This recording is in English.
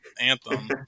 anthem